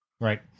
right